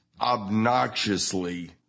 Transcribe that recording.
obnoxiously